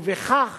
ובכך